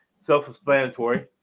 self-explanatory